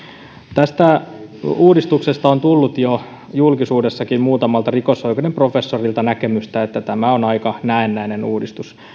tästä uudistuksesta on tullut jo julkisuudessakin muutamalta rikosoikeuden professorilta näkemystä että tämä on aika näennäinen uudistus